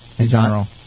General